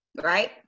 right